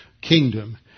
kingdom